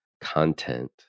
content